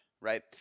Right